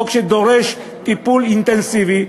חוק שדורש טיפול אינטנסיבי.